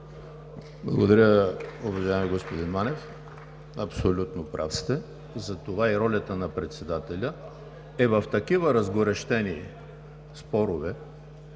Благодаря Ви, уважаеми господин Манев. Абсолютно прав сте. Затова ролята на председателя е в такива разгорещени спорове